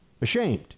Ashamed